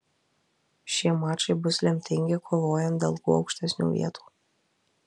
šie mačai bus lemtingi kovojant dėl kuo aukštesnių vietų